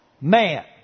man